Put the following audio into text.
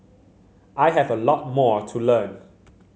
I have a lot more to learn